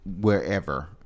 wherever